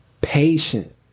patient